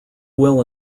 will